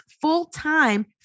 full-time